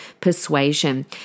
persuasion